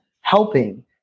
helping